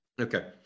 Okay